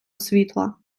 світла